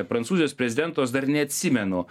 prancūzijos prezidento aš dar neatsimenu